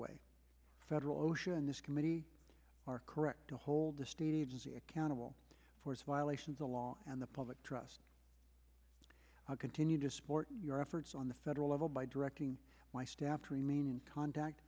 way federal ocean and this committee are correct to hold the state agency accountable for its violations the law and the public trust continue to support your efforts on the federal level by directing my staff to remain in contact